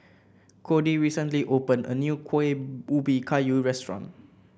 Cody recently opened a new Kueh Ubi Kayu restaurant